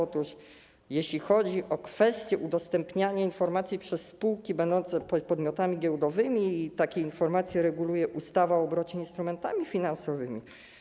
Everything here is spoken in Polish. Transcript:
Otóż jeśli chodzi o kwestie udostępniania informacji przez spółki będące podmiotami giełdowymi, takie informacje reguluje ustawa o obrocie instrumentami finansowymi.